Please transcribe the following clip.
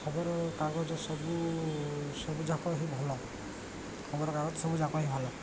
ଖବରକାଗଜ ସବୁ ସବୁ ଯାକ ହିଁ ଭଲ ଖବରକାଗଜ ସବୁ ଯାକ ହିଁ ଭଲ